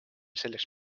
selleks